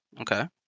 Okay